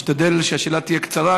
נשתדל שהשאלה תהיה קצרה,